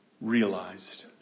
realized